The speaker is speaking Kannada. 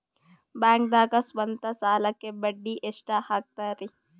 ಬ್ಯಾಂಕ್ದಾಗ ಸ್ವಂತ ಸಾಲಕ್ಕೆ ಬಡ್ಡಿ ಎಷ್ಟ್ ಹಕ್ತಾರಿ?